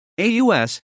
AUS